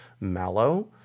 Mallow